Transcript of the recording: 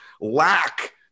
lack